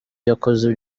yakoze